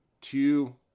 two